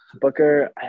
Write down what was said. Booker